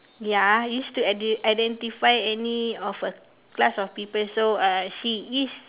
ya used to identify any of class of people so uh she is